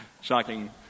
shocking